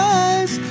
eyes